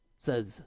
says